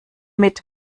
mit